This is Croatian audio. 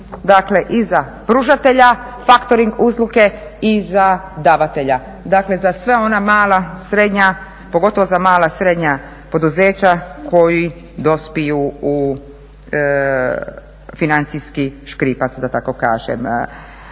dakle i za pružatelja faktoring usluge i za davatelja, dakle za sva ona mala, srednja, pogotovo za mala srednja poduzeća koji dospiju u financijski škripac da tako kažem.